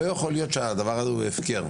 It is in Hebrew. לא יכול להיות שהדבר הזה הוא הפקר.